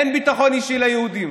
אין ביטחון אישי ליהודים.